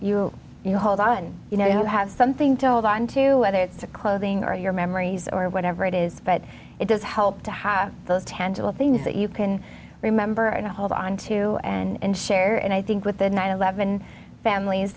you know hold on you know you have something to hold on to whether it's a clothing are your memories or whatever it is but it does help to have those tangible things that you can remember and hold on to and share and i think with the nine hundred and eleven families